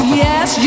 yes